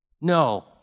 No